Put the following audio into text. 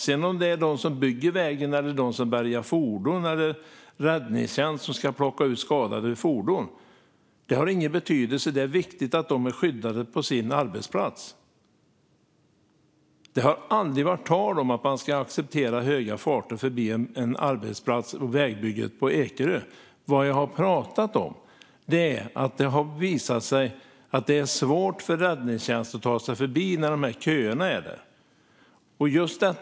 Om det sedan är de som bygger vägen, de som bärgar fordon eller räddningstjänst som ska plocka ut skadade ur fordon har ingen betydelse; det är viktigt att de är skyddade på sin arbetsplats. Det har aldrig varit tal om att acceptera höga farter förbi vägbygget på Ekerö. Vad jag har pratat om är att det har visat sig svårt för räddningstjänst att ta sig förbi när det blir kö där.